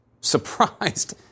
surprised